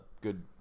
good